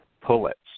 pullets